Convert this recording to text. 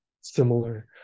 similar